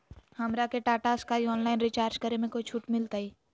हमरा के Tata Sky online recharge करे में कोई छूट मिलतई